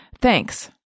Thanks